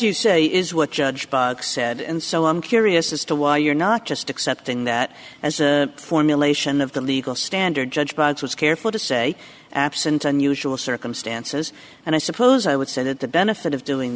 you say is what judge said and so i'm curious as to why you're not just accepting that as a formulation of the legal standard judged by its was careful to say absent unusual circumstances and i suppose i would say that the benefit of doing